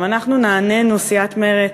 אנחנו, סיעת מרצ,